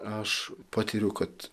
aš patiriu kad